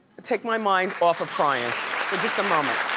and take my mind off of crying for just a moment.